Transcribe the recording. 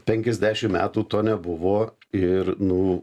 penkiasdešim metų to nebuvo ir nu